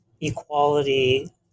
equality